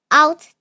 out